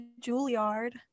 Juilliard